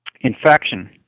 infection